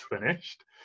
finished